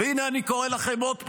והינה, אני קורא לכם עוד פעם: